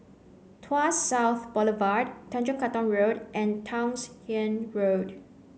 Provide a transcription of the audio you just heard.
Tuas South Boulevard Tanjong Katong Road and Townshend Road